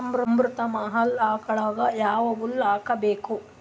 ಅಮೃತ ಮಹಲ್ ಆಕಳಗ ಯಾವ ಹುಲ್ಲು ಹಾಕಬೇಕು?